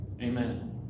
amen